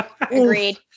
Agreed